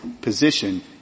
position